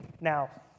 Now